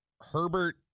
Herbert